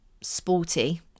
sporty